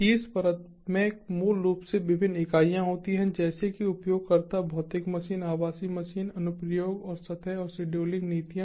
शीर्ष परत में मूल रूप से विभिन्न इकाइयाँ होती हैं जैसे कि उपयोगकर्ता भौतिक मशीन आभासी मशीनअनुप्रयोग और सतह और शेड्यूलिंग नीतियाँ